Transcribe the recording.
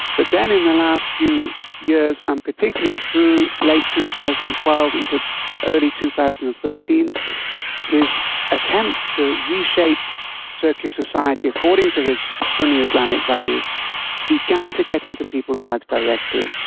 but then in the last few years and particularly through late two thousand and twelve into early two thousand and thirteen his attempts to reshape turkish society according to his sunni islamic values began to get into people's lives directly.